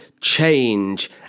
Change